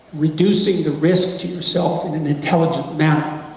reducing the risk to yourself in an intelligent manner,